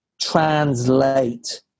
translate